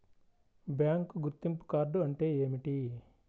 Bank గుర్తింపు card అంటే ఏమిటి?